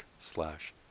slash